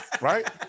Right